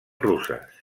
russes